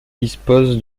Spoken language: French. dispose